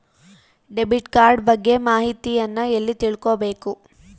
Debit card ಬಗ್ಗೆ ಮಾಹಿತಿಯನ್ನ ಎಲ್ಲಿ ತಿಳ್ಕೊಬೇಕು?